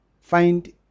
Find